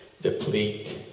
deplete